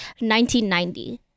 1990